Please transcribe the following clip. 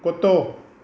कुतो